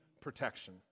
protection